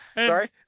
Sorry